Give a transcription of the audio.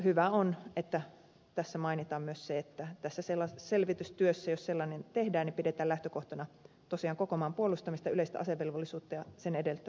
hyvä on että tässä mainitaan myös se että tässä selvitystyössä jos sellainen tehdään pidetään lähtökohtana tosiaan koko maan puolustamista yleistä asevelvollisuutta ja sen edellyttämää varuskuntarakennetta